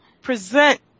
present